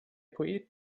poet